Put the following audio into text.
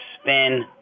spin